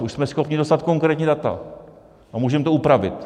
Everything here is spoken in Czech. Už jsme schopni dostat konkrétní data a můžeme to upravit.